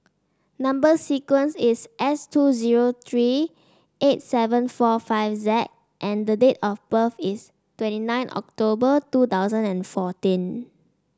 number sequence is S two zero three eight seven four five Z and the date of birth is twenty nine October two thousand and fourteen